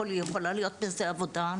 יכולה להיות בזה עבודה,